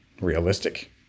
realistic